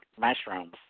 mushrooms